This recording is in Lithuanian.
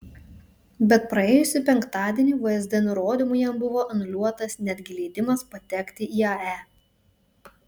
bet praėjusį penktadienį vsd nurodymu jam buvo anuliuotas netgi leidimas patekti į ae